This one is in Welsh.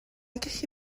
gallu